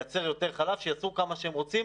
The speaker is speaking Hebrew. לייצר יותר חלב, שייצרו כמה שהם רוצים.